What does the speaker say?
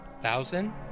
Thousand